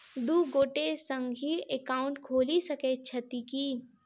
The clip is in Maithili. दु गोटे संगहि एकाउन्ट खोलि सकैत छथि की?